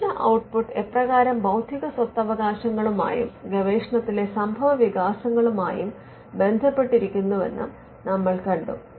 ഗവേഷണ ഔട്ട്പുട്ട് എപ്രകാരം ബൌദ്ധിക സ്വത്തവകാശങ്ങളുമായും ഗവേഷണത്തിലെ സംഭവവികാസങ്ങളുമായി ബന്ധപ്പെട്ടിരിക്കുന്നുവെന്നും നമ്മൾ കണ്ടു